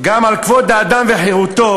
גם על כבוד האדם וחירותו.